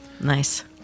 Nice